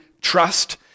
trust